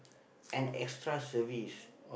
and extra service